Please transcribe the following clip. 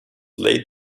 laid